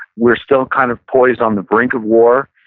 we're still kind of poised on the brink of war.